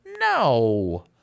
No